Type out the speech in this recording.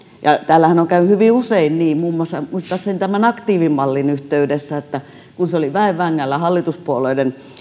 täällähän on käynyt hyvin usein niin muistaakseni muun muassa tämän aktiivimallin yhteydessä kävi niin että kun se oli väen vängällä hallituspuolueiden